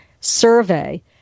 Survey